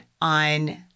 on